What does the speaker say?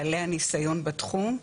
בעלי הניסיון בתחום.